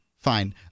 Fine